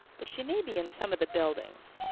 but she may be in some of the buildings.